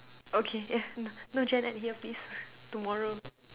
okay eh uh no Gen-Ed here please tomorrow